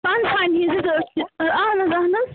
اہن حظ اَہن حظ